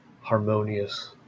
harmonious